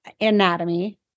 anatomy